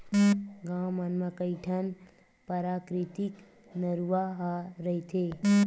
गाँव मन म कइठन पराकिरितिक नरूवा ह रहिथे